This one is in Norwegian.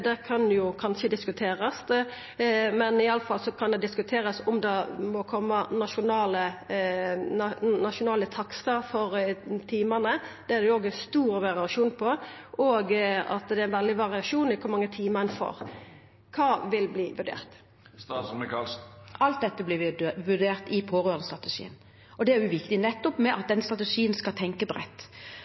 det kan jo kanskje diskuterast. Men iallfall kan det diskuterast om det må koma nasjonale takstar for timane. Der er det òg stor variasjon, og det er veldig mykje variasjon i kor mange timar ein får. Kva vil verta vurdert? Alt dette vil bli vurdert i pårørendestrategien, og det er viktig at en nettopp i den strategien skal tenke